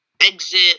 exit